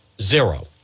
zero